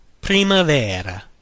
Primavera